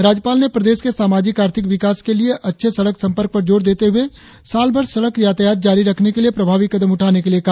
राज्यपाल ने प्रदेश के सामाजिक आर्थिक विकास के लिए अच्छे सड़क संपर्क पर जोर देते हुए साल भर सड़क यातायात जारी रखने के लिए प्रभावी कदम उठाने के लिए कहा